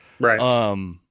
Right